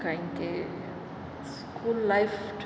કારણકે school life